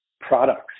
products